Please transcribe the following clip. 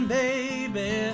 baby